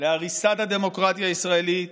להריסת הדמוקרטיה הישראלית.